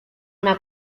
una